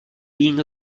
being